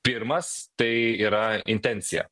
pirmas tai yra intencija